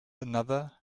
another